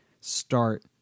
start